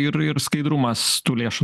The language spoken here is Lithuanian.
ir ir skaidrumas tų lėšų